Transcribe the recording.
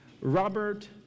Robert